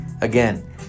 Again